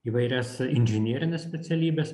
įvairias inžinerines specialybes